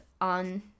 on